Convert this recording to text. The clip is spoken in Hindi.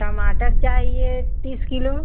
टमाटर चाहिए तीस किलो